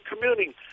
commuting